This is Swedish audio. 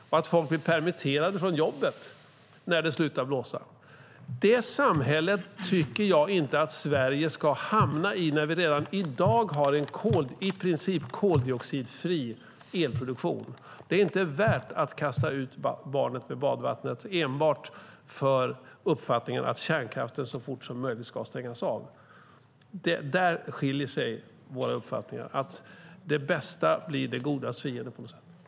Folk kan bli permitterade från jobbet när det slutar blåsa. Det samhället tycker jag inte att Sverige ska hamna i när vi redan i dag har en i princip koldioxidfri elproduktion. Det är inte värt att kasta ut barnet med badvattnet enbart för uppfattningen att kärnkraften så fort som möjligt ska stängas av. Där skiljer sig våra uppfattningar, och det bästa blir på något sätt det godas fiende.